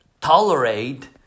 tolerate